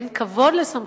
באין כבוד לסמכות,